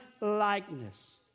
likeness